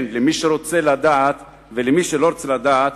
כן, למי שרוצה ולא רוצה לדעת: